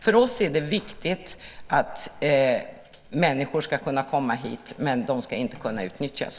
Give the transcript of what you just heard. För oss är det viktigt att människor ska kunna komma hit, men de ska inte kunna utnyttjas.